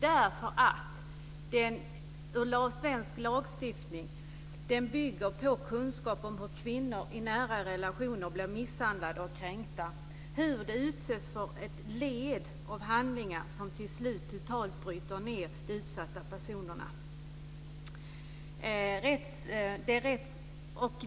Den bygger nämligen på kunskap om hur kvinnor i nära relationer blir misshandlade, kränkta och utsatta för ett led av handlingar som till slut totalt bryter ned dem.